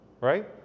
Right